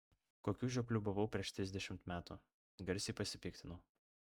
kokiu žiopliu buvau prieš trisdešimt metų garsiai pasipiktinau